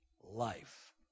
life